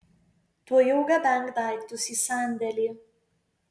tuojau gabenk daiktus į sandėlį